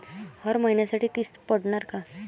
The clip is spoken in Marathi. हर महिन्यासाठी किस्त पडनार का?